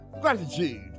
Gratitude